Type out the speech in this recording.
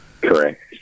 Correct